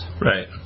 Right